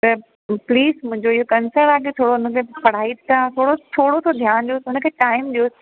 त प्लीज़ मुंहिंजो इहो कंसर्न आहे की थोरो हुनखे पढ़ाई तव्हां थोरो थोरो सो ध्यानु ॾियोसि हुनखे टाइम ॾियोसि